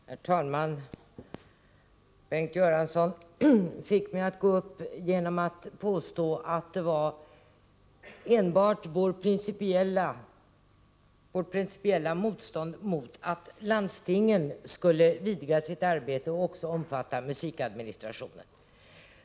Herr talman! Bengt Göransson fick mig att gå upp i debatten genom att påstå att vårt motstånd mot att landstingen skulle vidga sitt arbete till att även omfatta musikadministrationen enbart var principiellt.